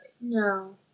No